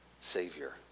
Savior